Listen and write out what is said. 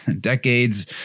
decades